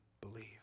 believe